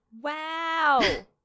Wow